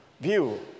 view